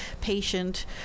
patient